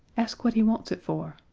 ask what he wants it for.